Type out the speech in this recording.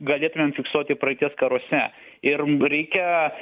galėtumėm fiksuoti praeities karuose ir reikia